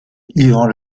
ivan